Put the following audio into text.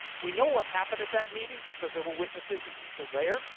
we know what happened at that meeting because there were witnesses and people there.